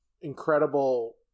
incredible